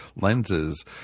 lenses